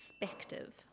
perspective